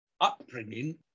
upbringing